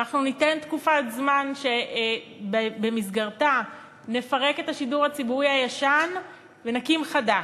ואנחנו ניתן תקופת זמן שבמסגרתה נפרק את השידור הציבורי הישן ונקים חדש.